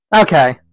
Okay